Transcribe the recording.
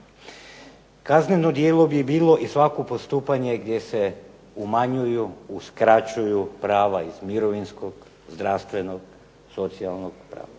Kazneno djelo bi bilo i svako postupanje gdje se umanjuju, uskraćuju prava iz mirovinskog, zdravstvenog, socijalnog prava,